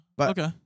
Okay